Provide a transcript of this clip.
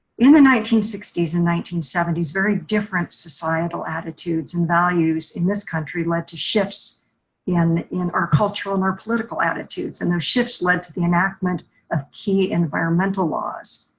in the nineteen sixty s and the nineteen seventy s very different societal attitudes and values in this country led to shifts in in our cultural, and our political attitudes. and those shifts led to the enactment of key environmental laws.